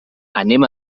anem